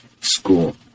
school